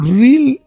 real